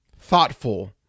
thoughtful